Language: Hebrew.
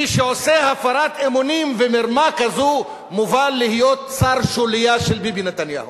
מי שעושה הפרת אמונים ומרמה כזאת מובא להיות שר שוליה של ביבי נתניהו.